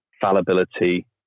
fallibility